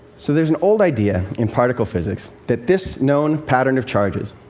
so there's an old idea in particle physics that this known pattern of charges,